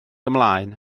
ymlaen